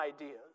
ideas